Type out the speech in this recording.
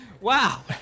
Wow